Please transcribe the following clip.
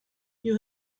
you